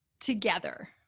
together